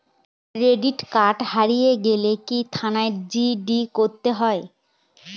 Credit card হারিয়ে গেলে কি থানায় জি.ডি করতে হয়?